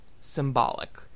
symbolic